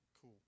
cool